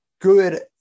good